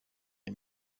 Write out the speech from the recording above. ayo